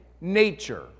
nature